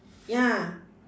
ya